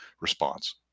response